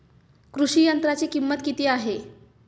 कृषी यंत्राची किंमत किती आहे?